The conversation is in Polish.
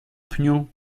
pniu